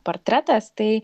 portretas tai